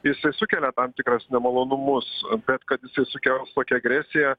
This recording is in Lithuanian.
jisai sukelia tam tikras nemalonumus bet kad jisai sukels tokią agresiją